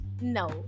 No